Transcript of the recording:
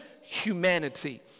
humanity